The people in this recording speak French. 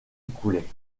écoulés